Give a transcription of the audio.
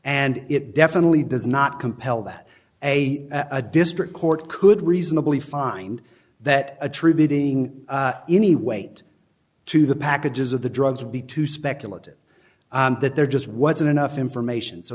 and it definitely does not compel that a a district court could reasonably find that attributing any weight to the packages of the drugs would be too speculative that there just wasn't enough information so